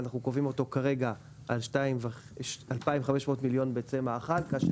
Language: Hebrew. אנחנו קובעים אותו כרגע על 2,500 מיליון ביצי מאכל כאשר